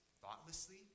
thoughtlessly